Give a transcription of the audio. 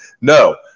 No